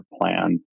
plan